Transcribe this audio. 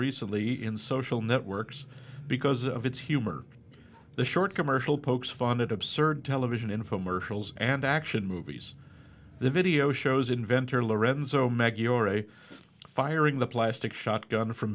recently in social networks because of its humor the short commercial pokes fun at absurd television infomercials and action movies the video shows inventor lorenzo maggiore firing the plastic shotgun from